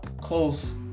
close